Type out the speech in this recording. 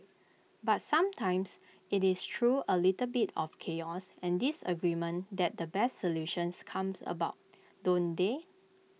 but sometimes IT is through A little bit of chaos and disagreement that the best solutions come about don't they